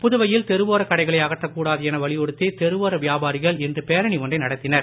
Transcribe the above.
புதுவை பேரணி புதுவையில் தெருவோரக் கடைகளை அகற்றக் கூடாது என வலியுறுத்தி தெருவோர வியாபாரிகள் இன்று பேரணி ஒன்றை நடத்தினர்